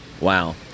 Wow